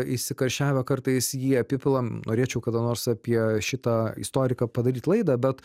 įsikarščiavę kartais jį apipilam norėčiau kada nors apie šitą istoriką padaryt laidą bet